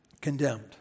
Condemned